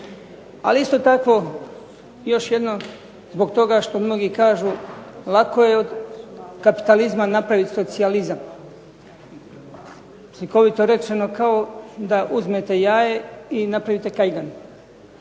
Ali isto tako još jednom zbog toga što mnogi kažu lako je od kapitalizma napraviti socijalizam. Slikovito rečeno kao da uzmete jaje i napravite kajganu.